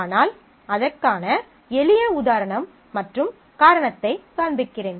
ஆனால் நான் அதற்கான எளிய உதாரணம் மற்றும் காரணத்தை காண்பிக்கிறேன்